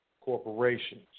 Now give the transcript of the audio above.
corporations